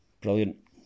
brilliant